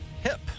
hip